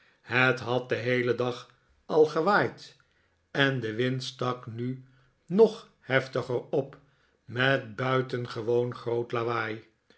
het had den heelen dag al gewaaid en de wind stak nu nog heftiger op met buitengewoon groot lawaai